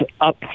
up